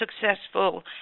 successful